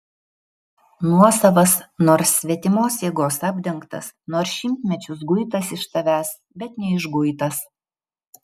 nuosavas nors svetimos jėgos apdengtas nors šimtmečius guitas iš tavęs bet neišguitas